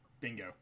Bingo